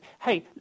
Hey